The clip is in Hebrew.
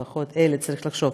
לפחות אלה, צריך לחשוב.